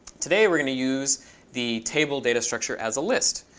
today, we're going to use the table data structure as a list.